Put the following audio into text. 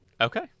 Okay